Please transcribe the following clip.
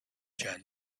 john